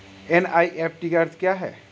NEFT का अर्थ क्या है?